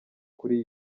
kuri